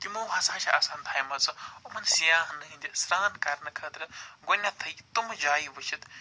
تِمو ہسا چھِ آسان تھایہِ مَژٕ اُہنٛد سِیاہن ہِنٛدِ سران کَر نہٕ خٲطرٕ گۄڈنٮ۪تھٕے تِم جایہِ وِچتھ